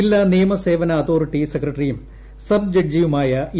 ജില്ലാ നിയമസേവന അത്തേറിറ്റി സെക്രട്ടറിയും സബ് ജഡ്ജിയുമായ എ